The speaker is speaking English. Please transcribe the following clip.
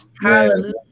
Hallelujah